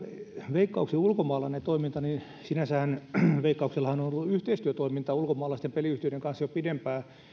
veikkauksen ulkomaalainen toiminta sinänsähän veikkauksellahan on ollut yhteistyötoimintaa ulkomaalaisten peliyhtiöiden kanssa jo pidempään